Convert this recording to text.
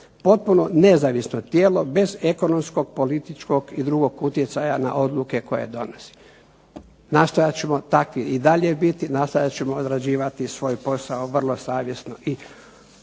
potpuno nezavisno tijelo bez ekonomskog, političkog i drugog utjecaja na odluke koje donosi. Nastojat ćemo takvi i dalje biti, nastojat ćemo odrađivati svoj posao vrlo savjesno i